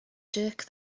jerk